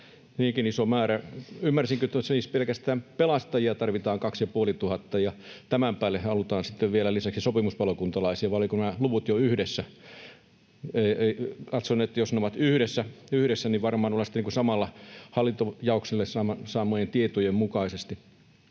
niinkin iso määrä. Ymmärsinkö, että siis pelkästään pelastajia tarvitaan 2 500 ja tämän päälle halutaan vielä lisäksi sopimuspalokuntalaisia, vai olivatko nämä luvut jo yhdessä? Katson, että jos ne ovat yhdessä, niin varmaan ollaan sitten samalla hallintojaoksella samojen tietojen mukaisesti.